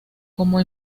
como